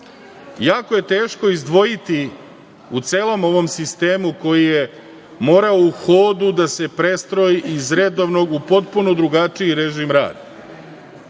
jako je teško izdvojiti u celom ovom sistemu, koji je morao u hodu da se prestroji iz redovnog u potpuno drugačiji režim rada. Da